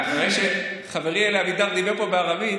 אחרי שחברי אלי אבידר דיבר פה בערבית,